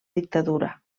dictadura